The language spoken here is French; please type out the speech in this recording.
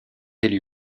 élu